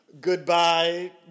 goodbye